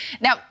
Now